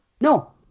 No